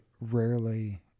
rarely